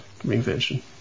reinvention